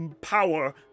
power